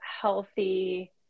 healthy